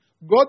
God